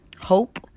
hope